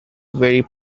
very